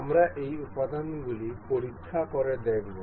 আমরা এই উদাহরণগুলি পরীক্ষা করে দেখব